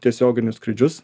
tiesioginius skrydžius